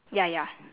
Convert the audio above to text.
ya ya